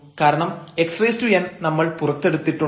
കാരണം xn നമ്മൾ പുറത്തെടുത്തിട്ടുണ്ട്